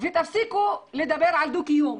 ותפסיקו לדבר על דו קיום,